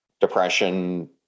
depression